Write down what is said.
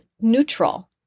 neutral